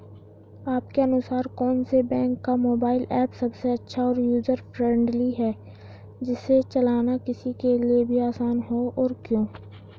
आपके अनुसार कौन से बैंक का मोबाइल ऐप सबसे अच्छा और यूजर फ्रेंडली है जिसे चलाना किसी के लिए भी आसान हो और क्यों?